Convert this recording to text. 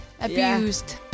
Abused